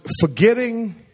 forgetting